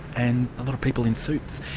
and a lot of people in suits.